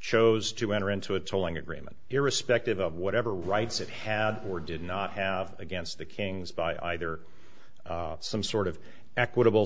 chose to enter into a tolling agreement irrespective of whatever rights it had or did not have against the kings by either some sort of equitable